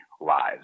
lives